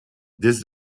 this